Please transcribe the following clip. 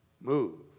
move